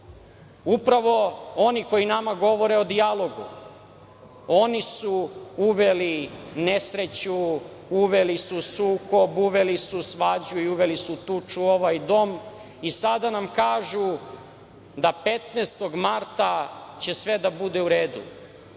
izbora. Upravo oni koji nama govore o dijalogu oni su uveli nesreću, uveli su sukob, uveli su svađu i uveli su tuču u ovaj dom i sada nam kažu da 15. marta će sve da bude u redu. Ko